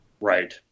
right